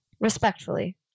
respectfully